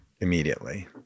immediately